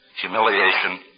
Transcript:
humiliation